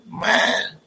Man